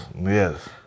Yes